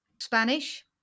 Spanish